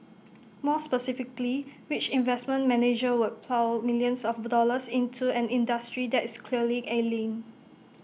more specifically which investment manager would plough millions of dollars into an industry that is clearly ailing